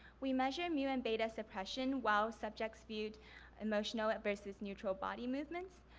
we measure mu and beta suppression while subject viewed emotional versus neutral body movements.